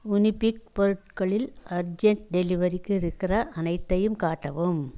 Unibic பொருட்களில் urgent டெலிவரிக்கு இருக்கிற அனைத்தையும் காட்டவும்